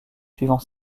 suivant